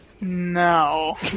No